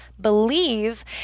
believe